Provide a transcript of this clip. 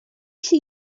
she